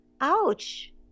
ouch